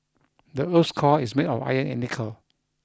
the earth's core is made of iron and nickel